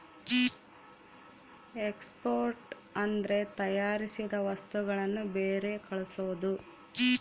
export ಅಂದ್ರೆ ತಯಾರಿಸಿದ ವಸ್ತುಗಳನ್ನು ಬೇರೆ ಕಳ್ಸೋದು